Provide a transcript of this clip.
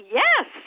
yes